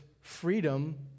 freedom